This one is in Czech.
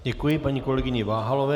Děkuji paní kolegyni Váhalové.